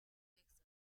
texas